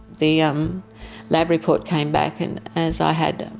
the um lab report came back in as i had a